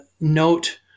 note